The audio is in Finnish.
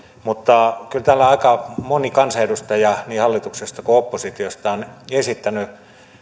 mutta kyllä täällä aika moni kansanedustaja niin hallituksesta kuin oppositiosta on esittänyt